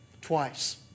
twice